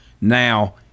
Now